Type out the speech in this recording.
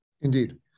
Indeed